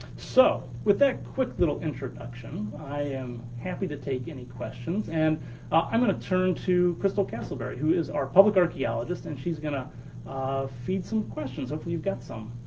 so, with that quick little introduction, i am happy to take any questions. and i'm gonna turn to crystal castleberry, who is our public archeologists and she's gonna feed some questions, hopefully you've got some.